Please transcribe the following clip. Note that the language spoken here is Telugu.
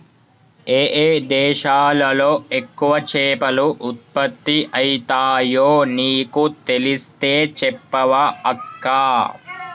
ఏయే దేశాలలో ఎక్కువ చేపలు ఉత్పత్తి అయితాయో నీకు తెలిస్తే చెప్పవ అక్కా